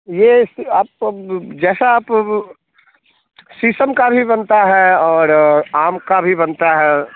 ये इस आपको जैसा आप शीशम का भी बनता है और आम का भी बनता है